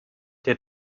der